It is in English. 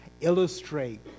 illustrate